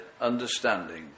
understanding